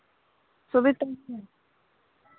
ᱥᱩᱵᱤᱛᱟ ᱜᱮᱭᱟ